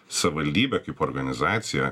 savivaldybė kaip organizacija